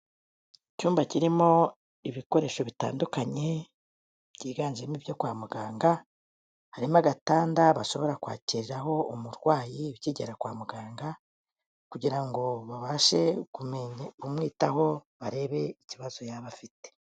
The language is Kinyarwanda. Icyumba kirimo ibikoresho bitandukanye byiganjemo ibyo kwa muganga harimo agatanda bashobora kwakiriraho umurwayi ukigera kwa muganga kugira ngo babashe kumwitaho barebe ikibazo yaba afite.